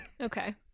Okay